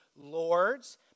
lords